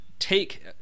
take